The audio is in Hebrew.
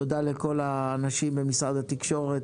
תודה לכל האנשים במשרד התקשורת